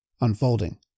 unfolding